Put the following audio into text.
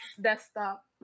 desktop